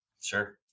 Sure